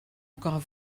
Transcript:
encore